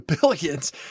Billions